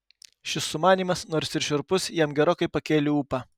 šis sumanymas nors ir šiurpus jam gerokai pakėlė ūpą